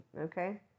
Okay